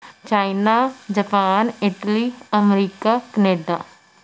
China Japan Italy America Canada